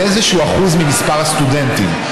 זה איזשהו אחוז ממספר הסטודנטים.